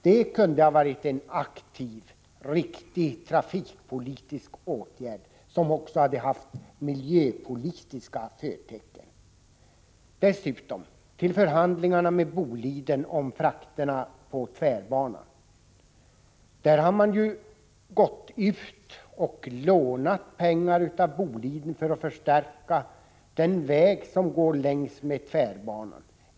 Det kunde ha varit en aktiv och riktig trafikpolitisk åtgärd som också hade haft miljöpolitiska förtecken. Dessutom, till förhandlingarna med Boliden om frakterna på tvärbanan: Man har lånat pengar av Boliden för att förstärka den väg som går längs med tvärbanan.